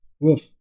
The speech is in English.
Woof